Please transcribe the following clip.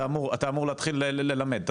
אתה אמור להתחיל ללמד.